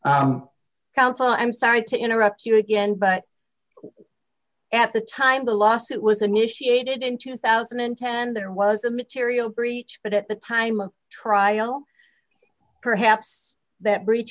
counsel i'm sorry to interrupt you again but at the time the lawsuit was initiated in two thousand and ten there was a material breach but at the time of trial perhaps that breach